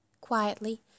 Quietly